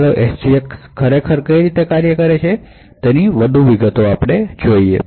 ચાલો SGX કેવી રીતે ફંકશનકરે છે તે વિશે વધુ વિગતો જોઈએ